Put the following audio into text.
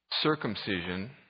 circumcision